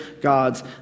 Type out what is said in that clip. gods